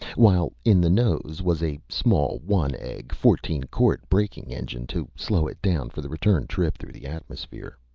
while in the nose was a small, one-egg, fourteen-quart braking engine to slow it down for the return trip through the atmosphere.